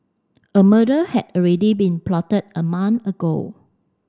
a murder had already been plotted a month ago